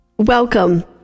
welcome